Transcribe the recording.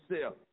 self